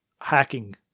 hacking